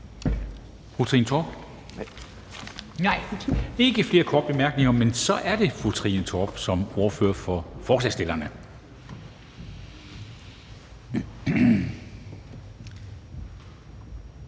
Fru Trine Torp? Nej, der er ikke flere korte bemærkninger. Men så er det fru Trine Torp, SF, som ordfører for forslagsstillerne.